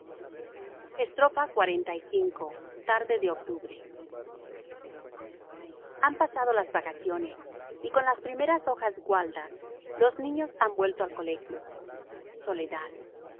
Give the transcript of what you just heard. tanto noblemente xlv tarde de octubre han pasado las vacaciones y con las primeras hojas gualdas los niños han vuelto al colegio soledad